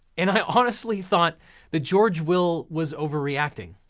and i honestly thought that george will was overreacting.